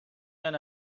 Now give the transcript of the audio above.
than